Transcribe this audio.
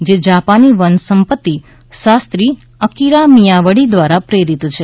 જે જાપાની વનસંપત્તિ શાસ્ત્રી અકીરા મિયાવડી દ્વારા પ્રેરિત છે